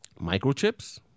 Microchips